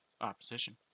opposition